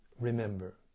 remember